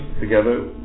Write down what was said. together